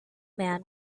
man